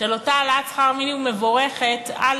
של אותה העלאת שכר מינימום מבורכת על